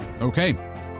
Okay